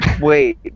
Wait